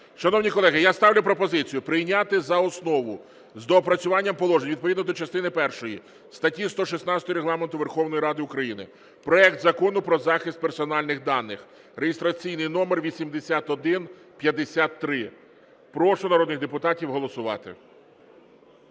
Шановні колеги, я ставлю пропозицію прийняти за основу з доопрацюванням положень відповідно до частини першої статті 116 Регламенту Верховної Ради України проект Закону про захист персональних даних (реєстраційний номер 8153). Прошу народних депутатів голосувати.